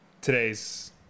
today's